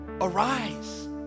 arise